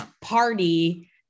party